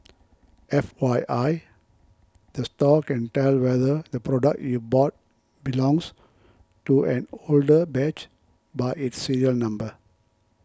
F Y I the store can tell whether the product you bought belongs to an older batch by its serial number